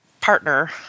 partner